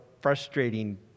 frustrating